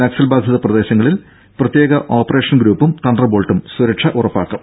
നക്സൽബാധിത മേഖലകളിൽ പ്രത്യേക ഓപ്പറേഷൻഗ്രൂപ്പും തണ്ടർബോൾട്ടും സുരക്ഷ ഉറപ്പാക്കും